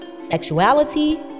sexuality